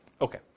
Okay